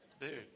Dude